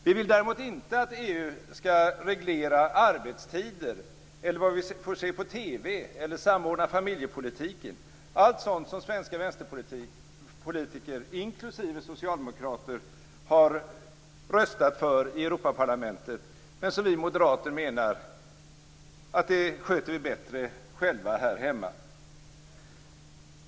Vi vill däremot inte att EU skall reglera arbetstider eller vad vi får se på TV, samordna familjepolitiken, allt sådant som svenska vänsterpolitiker, inklusive socialdemokrater, har röstat för i Europaparlamentet men som vi moderater menar att vi sköter bättre själva här hemma.